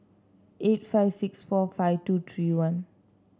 eight five six four five two three one